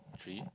tree